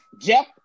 Jeff